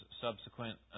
subsequent